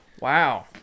wow